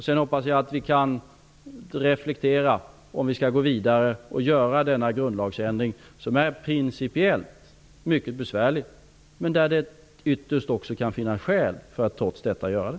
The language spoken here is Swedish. Sedan hoppas jag att vi kan reflektera om vi skall gå vidare och göra en grundlagsändring, vilket principiellt är mycket besvärligt men där det ytterst kan finnas skäl att trots detta göra det.